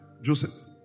Joseph